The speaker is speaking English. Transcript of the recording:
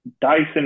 Dyson